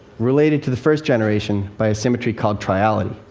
related to the first generation by a symmetry called triality.